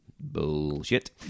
Bullshit